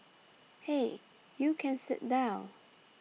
hey you can sit down